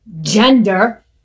gender